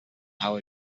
how